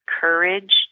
courage